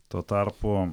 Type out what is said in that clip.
tuo tarpu